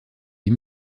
des